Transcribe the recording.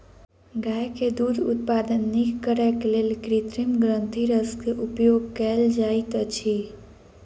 गाय के दूध उत्पादन नीक करैक लेल कृत्रिम ग्रंथिरस के उपयोग कयल जाइत अछि